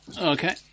Okay